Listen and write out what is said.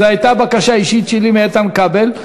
זו הייתה בקשה אישית שלי מאיתן כבל.